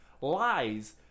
Lies